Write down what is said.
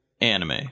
anime